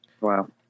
Wow